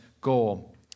goal